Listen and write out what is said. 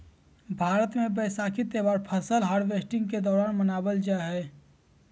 भारत मे वैसाखी त्यौहार फसल हार्वेस्टिंग के दौरान मनावल जा हय